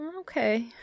okay